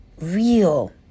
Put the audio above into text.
real